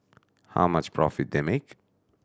how much profit they make